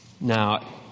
Now